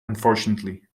unfortunately